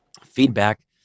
feedback